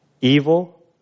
evil